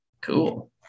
Cool